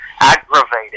aggravated